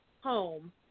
home